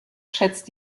schätzt